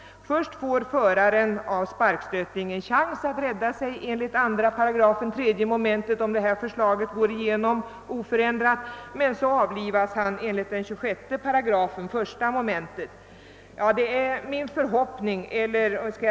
Först får föraren av sparkstötting en chans att rädda sig enligt 2 8 3 mom. — om nu förslaget antas oförändrat — men sedan skall han riskera att avlivas enligt 26 8 1 mom.